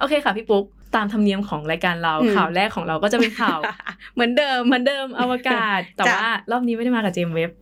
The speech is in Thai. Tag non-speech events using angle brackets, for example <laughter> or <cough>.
โอเคค่ะพี่ปุ๊ก ตามธรรมเนียมของรายการเราอืมข่าวแรกของเราก็จะเป็นข่าว <laughs> เหมือนเดิมเหมือนเดิม อวกาศ แต่จ้ะว่ารอบนี้ไม่ได้มากับเจมส์เว็บ